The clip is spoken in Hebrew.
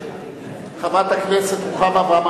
חברת הכנסת רוחמה אברהם,